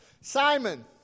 Simon